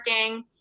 working